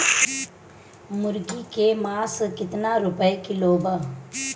मुर्गी के मांस केतना रुपया किलो बा?